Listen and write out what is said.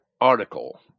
article